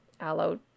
aloe